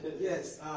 Yes